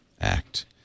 Act